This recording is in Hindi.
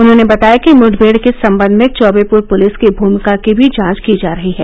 उन्होंने बताया कि मुठभेड के सम्बंध में चौबेपर पुलिस की भूमिका की भी जांच की जा रही है